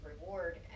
reward